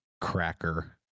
cracker